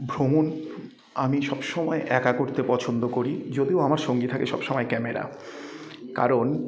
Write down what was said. ভ্রমণ আমি সব সময় একা করতে পছন্দ করি যদিও আমার সঙ্গে থাকে সব সময় ক্যামেরা কারণ